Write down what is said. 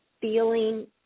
feeling